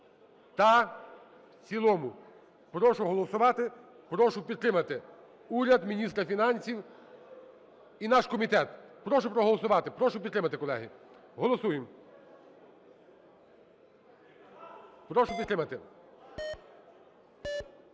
та в цілому. Прошу голосувати, прошу підтримати уряд, міністра фінансів і наш комітет. Прошу проголосувати, прошу підтримати, колеги. Голосуємо! Прошу підтримати.